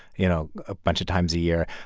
you know, a bunch of times a year.